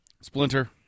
Splinter